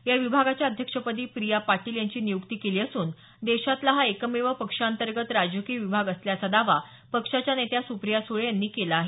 या विभागाच्या अध्यक्षपदी प्रिया पाटील यांची नियुक्ती केली असून देशातला हा एकमेव पक्षाअंतर्गत राजकीय विभाग असल्याचा दावा पक्षाच्या नेत्या सुप्रिया सुळे यांनी केला आहे